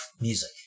music